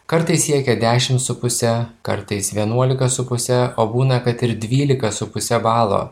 kartais siekia dešim su puse kartais vienuolika su puse o būna kad ir dvylika su puse balo